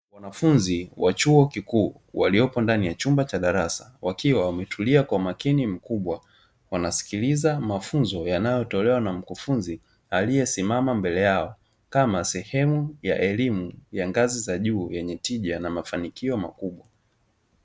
Wanafunzi wa chuo kikuu, waliopo katika chumba cha darasa, wakiwa wametulia kwa umakini mkubwa, wakimsikiliza mkufunzi aliyesimama mbele yao, kama sehemu ya elimu ya ngazi za juu yenye tija na mafanikio makubwa.